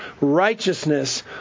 righteousness